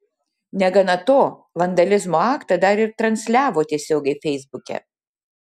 negana to vandalizmo aktą dar ir transliavo tiesiogiai feisbuke